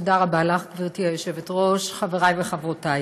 תודה רבה לך, גברתי היושבת-ראש, חברי וחברותי,